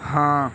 ہاں